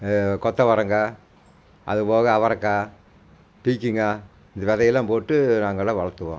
கொத்தவரங்காய் அது போக அவரைக்காய் பீர்க்கங்கா இந்த விதையெல்லாம் போட்டு நாங்களெலாம் வளர்த்துவோம்